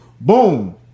boom